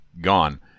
gone